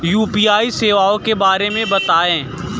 UPI सेवाओं के बारे में बताएँ?